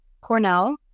Cornell